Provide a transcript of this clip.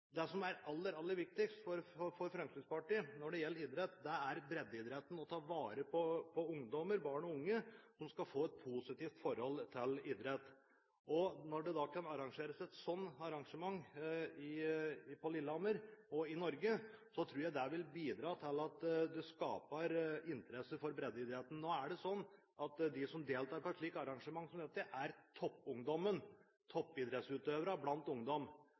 Det som er aller, aller viktigst for Fremskrittspartiet når det gjelder idrett, er breddeidretten, det å ta vare på barn og unge, slik at de får et positivt forhold til idrett. Når det kan arrangeres et sånt arrangement på Lillehammer og i Norge, tror jeg det vil bidra til å skape interesse for breddeidretten. De som deltar på et slikt arrangement, er toppungdommen, toppidrettsutøverne blant ungdom.